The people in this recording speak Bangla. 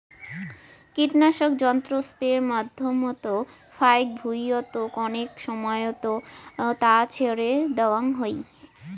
কীটনাশক যন্ত্র স্প্রের মাধ্যমত ফাইক ভুঁইয়ত কণেক সমাইয়ত তা ছড়ে দ্যাওয়াং হই